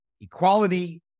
equality